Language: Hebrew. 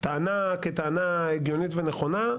הטענה כטענה הגיונית ונכונה.